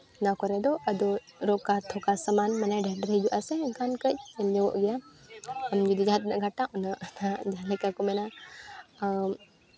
ᱚᱱᱟ ᱠᱚᱨᱮ ᱫᱚ ᱟᱫᱚ ᱨᱳᱠᱟ ᱛᱷᱚᱠᱟ ᱥᱟᱢᱟᱱ ᱢᱟᱱᱮ ᱰᱷᱮᱨ ᱰᱷᱮᱨ ᱦᱩᱭᱩᱜ ᱟᱥᱮ ᱮᱱᱠᱷᱟᱱ ᱠᱟᱹᱡ ᱧᱚᱜ ᱜᱮᱭᱟ ᱟᱢ ᱡᱩᱫᱤ ᱡᱟᱦᱟᱸ ᱛᱤᱱᱟᱹᱜ ᱜᱷᱟᱴᱟ ᱩᱱᱟᱹᱜ ᱡᱟᱦᱟᱸ ᱞᱮᱠᱟ ᱠᱚ ᱢᱮᱱᱟ ᱟᱢ